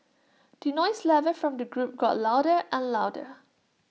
the noise level from the group got louder and louder